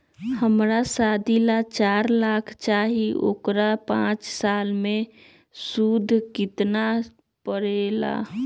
हमरा शादी ला चार लाख चाहि उकर पाँच साल मे सूद कितना परेला?